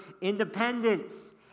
independence